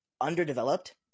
underdeveloped